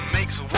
Makes